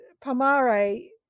Pomare